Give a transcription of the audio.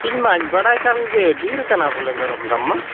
ᱤᱧᱢᱟᱹᱧ ᱵᱟᱰᱟᱭ ᱠᱟᱱ ᱜᱮ ᱰᱷᱮᱨ ᱟᱠᱟᱱᱟ ᱢᱮᱨᱚᱢ ᱫᱟᱢ ᱢᱟ